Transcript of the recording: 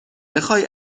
بخای